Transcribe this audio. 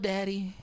Daddy